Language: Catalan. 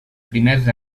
primers